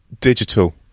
digital